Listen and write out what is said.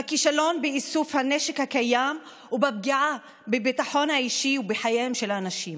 בכישלון באיסוף הנשק הקיים ובפגיעה בביטחון האישי ובחייהם של אנשים,